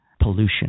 pollution